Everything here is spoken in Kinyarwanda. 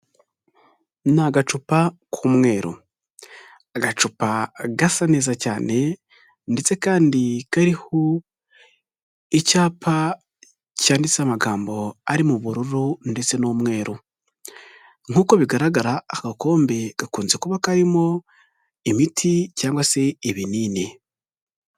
Ni agacupa k'umweru, agacupa gasa neza cyane ndetse kandi kariho icyapa cyanditseho amagambo ari mu bururu ndetse n'umweru, nkuko bigaragara agakombe gakunze kuba karimo imiti cyangwa se ibinini.